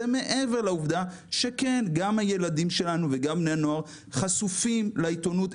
זה מעבר לעובדה שגם הילדים שלנו וגם בני הנוער חשופים לעיתונות.